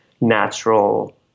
natural